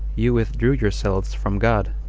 you withdrew yourselves from god,